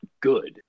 good